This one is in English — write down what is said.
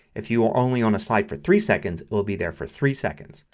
if you were only on a slide for three seconds it will be there for three seconds.